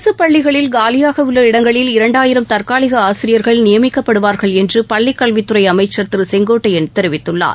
அரசுப் பள்ளிகளில் காலியாக உள்ள இடங்களில் இரண்டாயிரம் தற்காலிக ஆசிரியர்கள் நியமிக்கப்படுவார்கள் என்று பள்ளிக்கல்வித் துறை அமைச்சர் திரு செங்கோட்டையன் தெரிவித்துள்ளார்